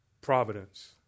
Providence